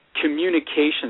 communication